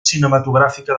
cinematogràfica